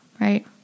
right